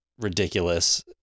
ridiculous